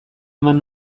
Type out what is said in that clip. eman